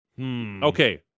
Okay